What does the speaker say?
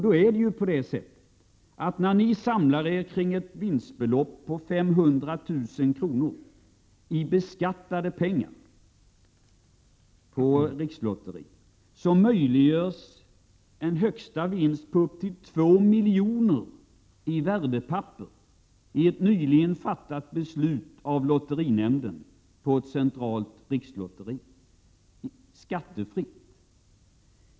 Samtidigt som ni samlar er kring ett vinstbelopp på 500 000 kr. i beskattade pengar i rikslotterier, möjliggörs en högsta vinst på upp till 2 miljoner skattefritt i värdepapper i centrala rikslotterier, genom ett nyligen fattat beslut av lotterinämnden.